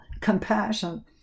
compassion